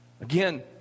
Again